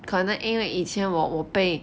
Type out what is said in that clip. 可能因为以前我我被